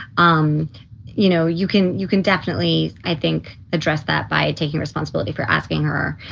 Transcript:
um you know, you can you can definitely, i think, address that by taking responsibility for asking her.